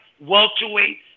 welterweight